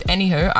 Anywho